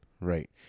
right